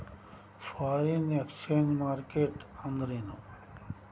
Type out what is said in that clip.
Foreign exchange market ಅಂದ್ರೇನು?